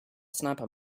sniper